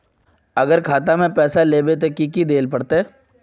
अगर खाता में पैसा लेबे ते की की देल पड़ते?